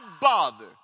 bother